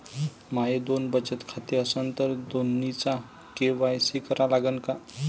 माये दोन बचत खाते असन तर दोन्हीचा के.वाय.सी करा लागन का?